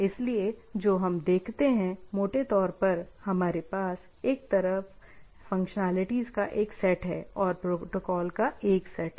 इसलिए जो हम देखते हैं मोटे तौर पर हमारे पास एक तरफ फंक्शनैलिटीज का एक सेट है और प्रोटोकॉल का एक सेट है